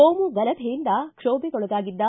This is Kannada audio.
ಕೋಮು ಗಲಭೆಯಿಂದ ಕ್ಷೋಭೆಗೊಳಗಾಗಿದ್ದ